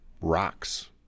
rocks